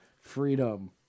freedom